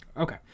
Okay